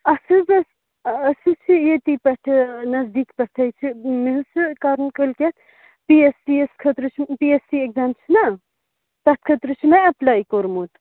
اَسہِ حظ ٲسۍ أسۍ حظ چھِ ییٚتی پٮ۪ٹھٕ نزدیٖک پٮ۪ٹھَے چھِ مےٚ حظ چھِ کَرُن کٲلۍکٮ۪تھ پی اٮ۪س سی یَس خٲطرٕ چھُم پی اٮ۪س سی اٮ۪کزام چھُنہ تَتھ خٲطرٕ چھُ مےٚ اٮ۪پلَے کوٚرمُت